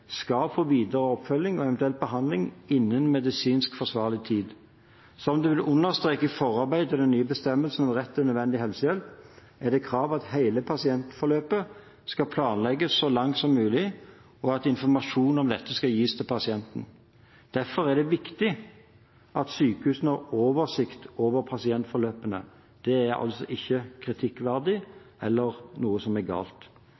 skal få videre oppfølging og eventuell behandling innen medisinsk forsvarlig tid. Som det ble understreket i forarbeidene til den nye bestemmelsen om rett til nødvendig helsehjelp, er det et krav at hele pasientforløpet skal planlegges så langt som mulig, og at informasjon om dette skal gis til pasienten. Derfor er det viktig at sykehusene har oversikt over pasientforløpene. Det er altså ikke kritikkverdig eller noe som er galt.